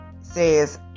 says